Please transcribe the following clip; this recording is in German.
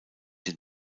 den